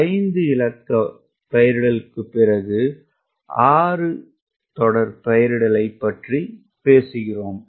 5 இலக்க பெயரிடலுக்குப் பிறகு 6 தொடர் பெயரிடலைப் பற்றி பேசுகிறோம்